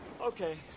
Okay